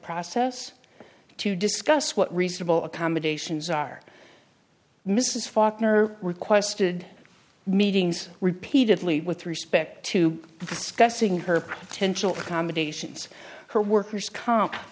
process to discuss what reasonable accommodations are mrs faulkner requested meetings repeatedly with respect to discussing her potential accommodations her worker's comp